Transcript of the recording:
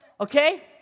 Okay